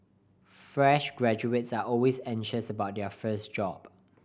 fresh graduates are always anxious about their first job